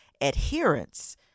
adherence